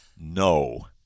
No